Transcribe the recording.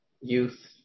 youth